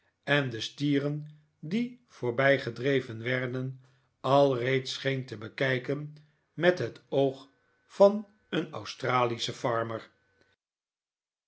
en de stieren die voorbijgedreven werden alreeds scheen te bekijken met het oog van een australischen farmer